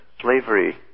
slavery